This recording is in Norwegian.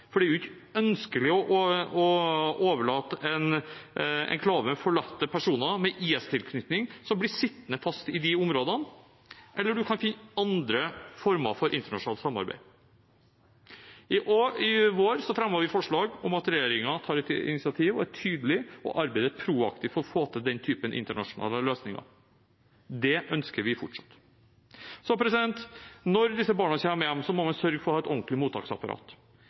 for det er jo ikke ønskelig å overlate en enklave av forlatte personer med IS-tilknytning sittende fast i disse områdene – eller om man kan finne andre former for internasjonalt samarbeid. I vår fremmet vi forslag om at regjeringen tar et initiativ og er tydelig og arbeider proaktivt for å få til denne typen internasjonale løsninger. Det ønsker vi fortsatt. Når disse barna kommer hjem, må man sørge for å ha et ordentlig mottaksapparat.